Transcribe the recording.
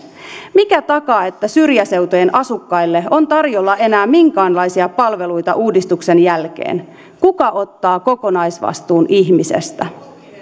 mikä takaa että syrjäseutujen asukkaille on tarjolla enää minkäänlaisia palveluita uudistuksen jälkeen kuka ottaa kokonaisvastuun ihmisestä